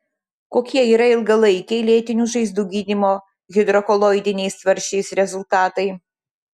kokie yra ilgalaikiai lėtinių žaizdų gydymo hidrokoloidiniais tvarsčiais rezultatai